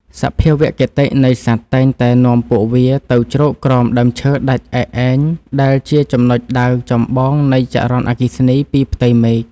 សភាវគតិនៃសត្វតែងតែនាំពួកវាទៅជ្រកក្រោមដើមឈើដាច់ឯកឯងដែលជាចំណុចដៅចម្បងនៃចរន្តអគ្គិសនីពីផ្ទៃមេឃ។